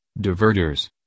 diverters